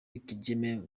kigeme